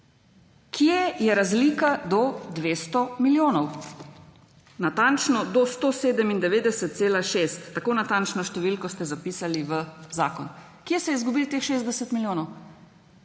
Kje je razlika do 200 milijonov? Natančno, do 197,6. Tako natančno številko ste zapisali v zakon. Kje se je izgubilo teh 60 milijonov?